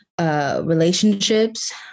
Relationships